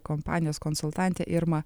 kompanijos konsultantė irma